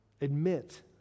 admit